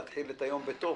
להתחיל את היום בטוב.